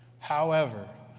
however,